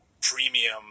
premium